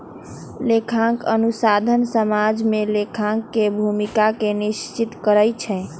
लेखांकन अनुसंधान समाज में लेखांकन के भूमिका के निश्चित करइ छै